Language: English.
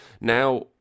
Now